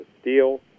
Steel